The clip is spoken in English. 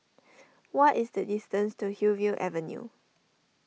what is the distance to Hillview Avenue